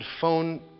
phone